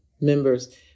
members